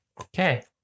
Okay